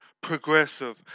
progressive